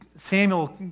Samuel